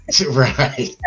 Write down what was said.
Right